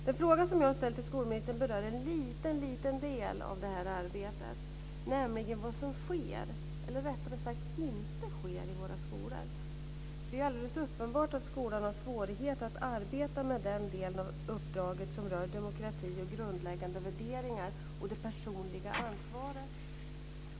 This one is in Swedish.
Den fråga som jag har ställt till skolministern berör en liten del av det här arbetet, nämligen vad som sker eller rättare sagt inte sker i våra skolor. Det är alldeles uppenbart att skolan har svårigheter att arbeta med den delen av uppdraget som rör demokrati och grundläggande värderingar och det personliga ansvaret.